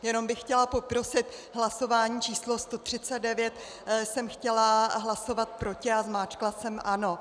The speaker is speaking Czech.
Jenom bych chtěla poprosit, hlasování číslo 139 jsem chtěla hlasovat proti a zmáčkla jsem ano.